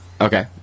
Okay